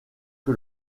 que